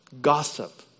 Gossip